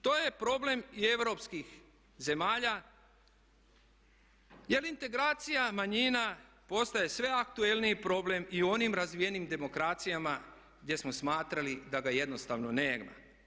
To je problem i europskim zemalja, jer integracija manjina postaje sve aktualniji problem i u onim razvijenim demokracijama gdje smo smatrali da ga jednostavno nema.